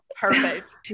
Perfect